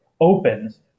opens